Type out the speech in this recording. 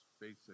basic